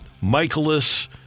Michaelis